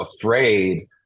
afraid